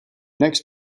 next